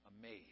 amazed